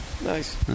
Nice